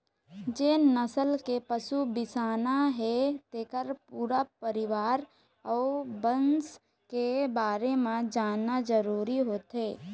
जेन नसल के पशु बिसाना हे तेखर पूरा परिवार अउ बंस के बारे म जानना जरूरी होथे